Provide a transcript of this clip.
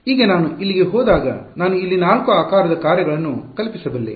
ಈಗ ನಾನು ಇಲ್ಲಿಗೆ ಹೋದಾಗ ನಾನು ಇಲ್ಲಿ ನಾಲ್ಕು ಆಕಾರದ ಕಾರ್ಯಗಳನ್ನು ಕಲ್ಪಿಸಬಲ್ಲೆ